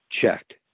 checked